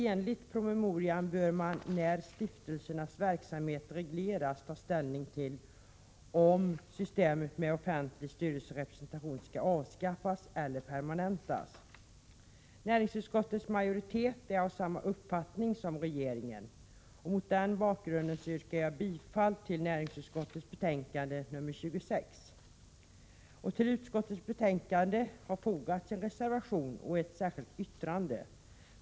Enligt promemorian bör man när stiftelsernas verksamhet skall regleras ta ställning till om systemet med offentlig styrelserepresentation skall avskaffas eller permanentas. Näringsutskottets majoritet är av samma uppfattning som regeringen. Mot denna bakgrund yrkar jag bifall till hemställan i näringsutskottets betänkande nr 26. Till utskottsbetänkandet har fogats en reservation och ett särskilt yttrande.